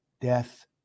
death